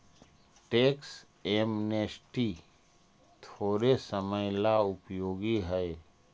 tax amnesty थोड़े समय ला उपयोगी हई